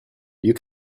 you